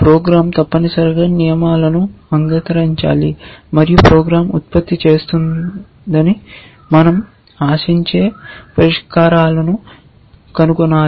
programme తప్పనిసరిగా నియమాలను అంగీకరించాలి మరియు ప్రోగ్రామ్ ఉత్పత్తి చేస్తుందని మనంఆశించే పరిష్కారాలను కనుగొనాలి